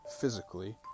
physically